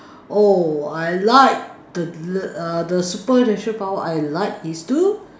oh I like the err the super natural power I like is to